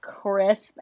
crisp